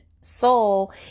soul